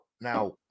Now